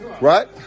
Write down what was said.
right